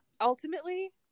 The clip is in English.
ultimately